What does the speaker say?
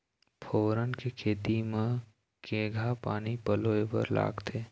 फोरन के खेती म केघा पानी पलोए बर लागथे?